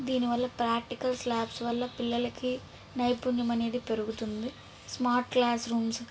దీనివల్ల practicals labs వల్ల పిల్లలకి నైపుణ్యం అనేది పెరుగుతుంది స్మార్ట్ క్లాస్ రూమ్స్